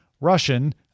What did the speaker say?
Russian